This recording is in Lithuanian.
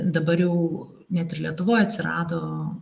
dabar jau net ir lietuvoj atsirado